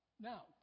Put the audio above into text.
Now